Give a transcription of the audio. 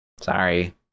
Sorry